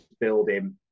building